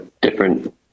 different